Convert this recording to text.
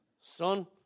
Son